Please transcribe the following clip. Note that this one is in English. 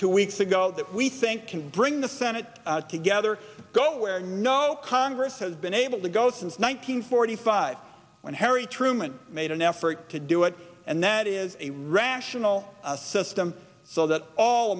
two weeks ago that we think can bring the senate together go where no congress has been able to go since nine hundred forty five when harry truman made an effort to do it and that is a rational system so that all